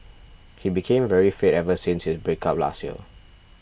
he became very fit ever since his breakup last year